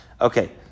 Okay